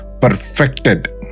perfected